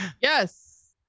Yes